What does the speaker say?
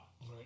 Right